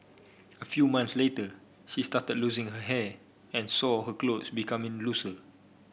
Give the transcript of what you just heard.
a few months later she started losing her hair and saw her clothe becoming looser